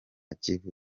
kivu